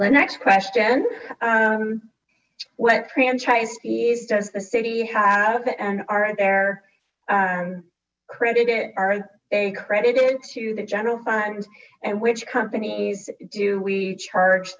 the next question what franchise fees does the city have and are there credited are a credited to the general fund and which companies do we charge